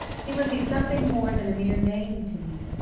he would be something more than a mere name to me.